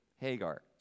Hagar